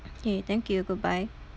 okay thank you goodbye